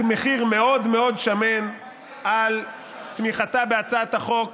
מחיר מאוד מאוד שמן על תמיכתה בהצעת החוק